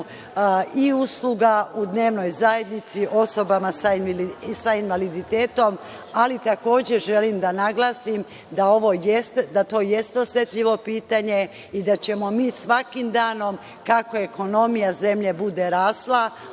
i usluga u dnevnoj zajednici osobama sa invaliditetom. Takođe želim da naglasim da to jeste osetljivo pitanje i da ćemo mi svakim danom kako ekonomija zemlje bude rasla,